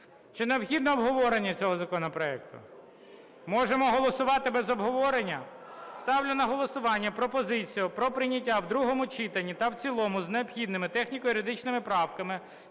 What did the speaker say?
Чи необхідне обговорення цього законопроекту? Можемо голосувати без обговорення? Ставлю на голосування пропозицію про прийняття в другому читанні а в цілому з необхідними техніко-юридичними правками